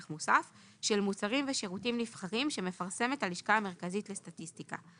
מוסף) של מוצרים ושירותים נבחרים שמפרסמת הלשכה המרכזית לסטטיסטיקה,